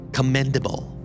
Commendable